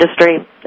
industry